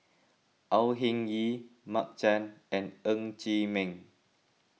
Au Hing Yee Mark Chan and Ng Chee Meng